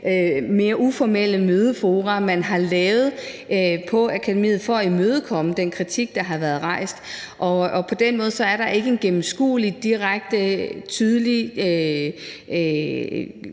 mere uformelle mødefora, man har lavet på Kunstakademiet for at imødekomme den kritik, der har været rejst. På den måde er der i virkeligheden ikke en gennemskuelig, direkte, tydelig